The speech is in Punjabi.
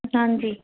ਹਾਂਜੀ